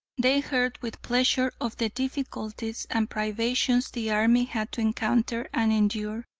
they heard with pleasure of the difficulties and privations the army had to encounter and endure,